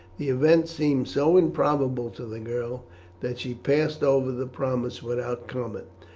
the event seemed so improbable to the girl that she passed over the promise without comment.